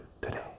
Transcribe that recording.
today